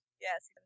yes